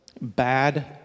bad